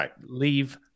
leave